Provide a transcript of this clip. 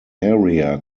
area